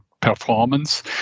performance